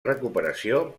recuperació